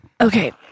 Okay